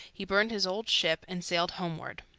he burned his old ship and sailed homeward.